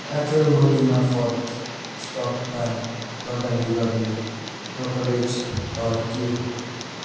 Airtel money मार्फत स्टकमा लगानी गर्ने ब्रोकरेज दर के हो